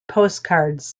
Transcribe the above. postcards